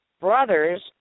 brothers